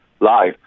live